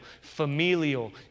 familial